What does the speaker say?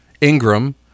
Ingram